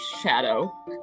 shadow